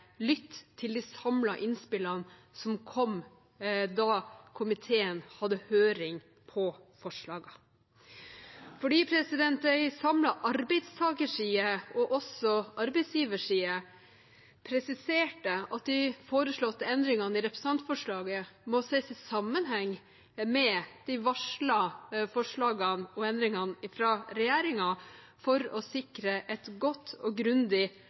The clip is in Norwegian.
til de samlede innspillene som kom da komiteen hadde høring om forslagene. Det var en samlet arbeidstakerside og også arbeidsgiverside som presiserte at de foreslåtte endringene i representantforslaget må ses i sammenheng med de varslede forslagene og endringene fra regjeringen, for å sikre et godt og grundig